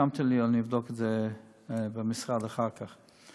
רשמתי לי ואני אבדוק את זה במשרד אחר כך.